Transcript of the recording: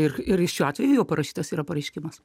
ir ir šiuo atveju jau parašytas pareiškimas